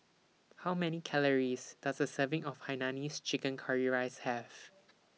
How Many Calories Does A Serving of Hainanese Curry Rice Have